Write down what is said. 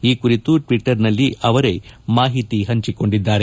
ಈ ಕುರಿತು ಟ್ಟಿಬರ್ ನಲ್ಲಿ ಅವರೇ ಮಾಹಿತಿ ಹಂಚಿಕೊಂಡಿದ್ದಾರೆ